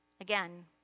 again